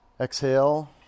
Exhale